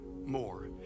more